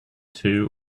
two